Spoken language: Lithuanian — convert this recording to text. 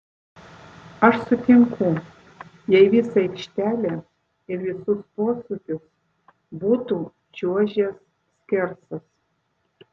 aš sutinku jei visą aikštelę ir visus posūkius būtų čiuožęs skersas